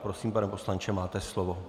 Prosím, pane poslanče, máte slovo.